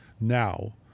now